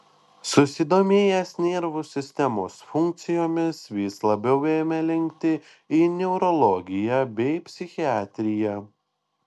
susidomėjęs nervų sistemos funkcijomis vis labiau ėmė linkti į neurologiją bei psichiatriją